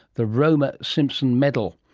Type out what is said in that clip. the romer-simpson medal.